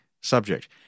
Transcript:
subject